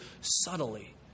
subtly